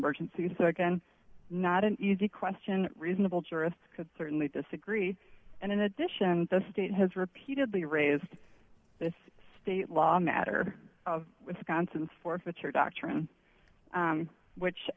emergency so again not an easy question reasonable jurist could certainly disagree and in addition the state has repeatedly raised this state law matter of wisconsin forfeiture doctrine which